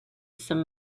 some